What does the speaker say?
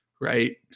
right